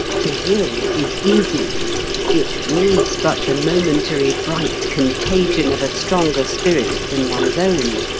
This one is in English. to will is easy it needs but the momentary bright contagion of a stronger spirit than one's own.